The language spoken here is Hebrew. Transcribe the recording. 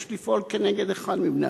יש לפעול כנגד אחד מבני-הזוג.